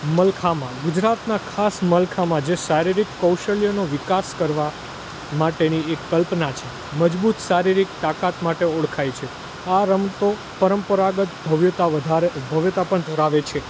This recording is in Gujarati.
મલખામા ગુજરાતનાં ખાસ મલખામા જે શારીરિક કૌશલ્યનો વિકાસ કરવા માટેની એક કલ્પના છે મજબૂત શારીરિક તાકાત માટે ઓળખાય છે આ રમતો પરંપરાગત ભવ્યતા ભવ્યતા પણ ધરાવે છે